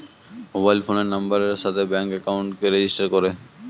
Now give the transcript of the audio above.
mobile ফোনের নাম্বারের সাথে ব্যাঙ্ক একাউন্টকে রেজিস্টার করে